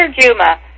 Juma